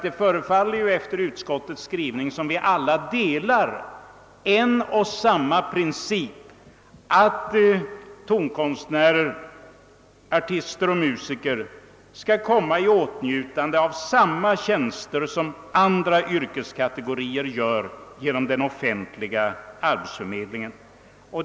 Det förefaller efter utskottets skrivning som om vi alla hade den uppfattningen att tonkonstnärer, artister och musiker bör komma i åtnjutande av samma tjänster som andra yrkeskategorier från den offentliga arbetsförmedlingens sida.